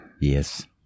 Yes